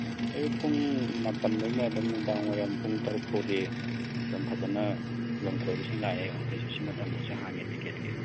ꯑꯌꯨꯛ ꯄꯨꯡ ꯃꯄꯥꯜꯗꯩꯅ ꯑꯗꯨꯝ ꯅꯨꯡꯗꯥꯡ ꯋꯥꯏꯔꯝ ꯄꯨꯡ ꯇꯔꯨꯛ ꯐꯥꯎꯗꯤ ꯑꯗꯨꯝ ꯐꯖꯅ ꯂꯝ ꯀꯣꯏꯕꯁꯤꯡ ꯂꯥꯛꯑꯦ ꯑꯣꯐꯤꯁꯁꯨ ꯁꯤ ꯃꯇꯝ ꯐꯥꯎꯁꯤ ꯍꯥꯡꯉꯦ ꯇꯤꯛꯀꯦꯠꯀꯤ